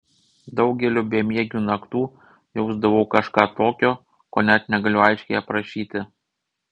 daugeliu bemiegių naktų jausdavau kažką tokio ko net negaliu aiškiai aprašyti